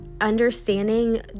understanding